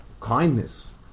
kindness